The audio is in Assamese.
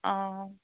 অঁ